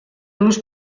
los